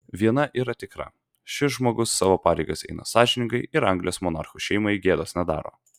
viena yra tikra šis žmogus savo pareigas eina sąžiningai ir anglijos monarchų šeimai gėdos nedaro